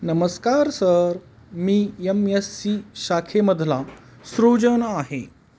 नमस्कार सर मी M S C शाखेमधला सृजन आहे